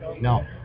No